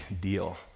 deal